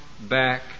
back